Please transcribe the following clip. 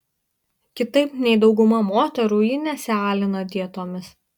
kitaip nei dauguma moterų ji nesialina dietomis